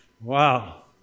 Wow